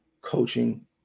coaching